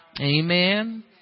Amen